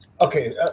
Okay